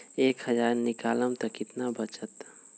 एक हज़ार निकालम त कितना वचत?